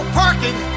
parking